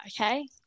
Okay